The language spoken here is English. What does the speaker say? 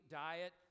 diet